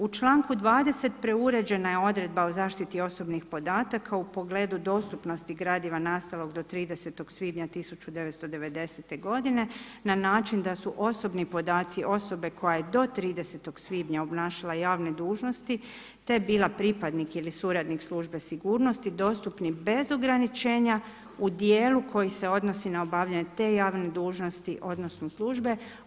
U članku 20. preuređena je odredba o zaštiti osobnih podataka u pogledu dostupnosti gradiva nastalog do 30. svibnja 1990. godine na način da su osobni podaci osobe koja je do 30. svibnja obnašala javne dužnosti te bila pripadnik ili suradnik Službe sigurnosti dostupni bez ograničenja u dijelu koji se odnosi na obavljanje te javne dužnosti odnosno službe.